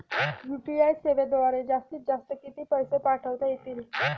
UPI सेवेद्वारे जास्तीत जास्त किती पैसे पाठवता येतील?